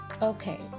Okay